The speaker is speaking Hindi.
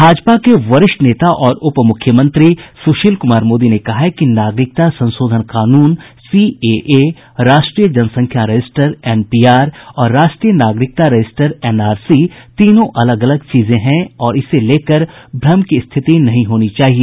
भाजपा के वरिष्ठ नेता और उप मुख्यमंत्री सुशील कुमार मोदी ने कहा है कि नागरिकता संशोधन कानून सीएए राष्ट्रीय जनसंख्या रजिस्टर एनपीआर और राष्ट्रीय नागरिकता रजिस्टर एनआरसी तीनों अलग अलग चीजें हैं और इसे लेकर भ्रम की स्थिति नहीं होनी चाहिए